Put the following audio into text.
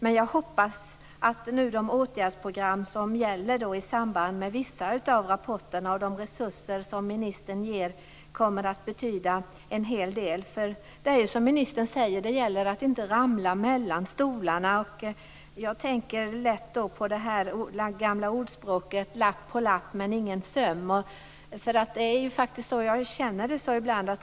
Men jag hoppas att de åtgärdsprogram som gäller i samband med vissa av rapporterna och de resurser som ministern ger kommer att betyda en hel del. Som ministern säger gäller det att inte ramla mellan stolarna. Jag tänker då på det gamla ordspråket: Lapp på lapp, men ingen söm.